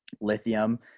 lithium